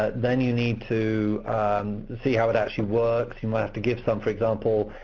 ah then you need to see how it actually works. you might have to give some, for example,